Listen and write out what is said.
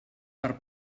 per